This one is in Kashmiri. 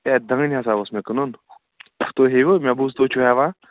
ہے دانہِ ہسا اوس مےٚ کٕنُن تُہۍ ہیٚوٕ حظ مےٚ بوٗز تُہۍ چھُو ہٮ۪وان